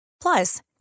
Plus